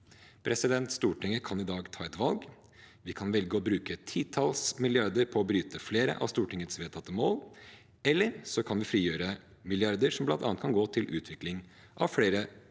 løsning. Stortinget kan i dag ta et valg. Vi kan velge å bruke titalls milliarder på å bryte flere av Stortingets vedtatte mål, eller vi kan frigjøre milliarder, som bl.a. kan gå til utvikling av flere